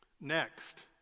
Next